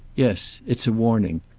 yes. it's a warning.